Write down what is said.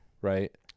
right